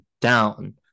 down